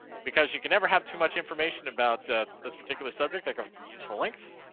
because you can never have too much information about this particular subject. i got some useful links.